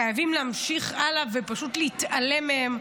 חייבים להמשיך הלאה ופשוט להתעלם מהם,